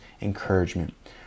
encouragement